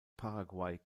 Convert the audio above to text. paraguay